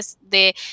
de